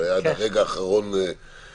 זה היה עד הרגע האחרון בוויכוח,